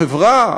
החברה,